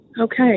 Okay